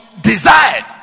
desired